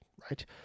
right